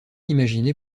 imaginer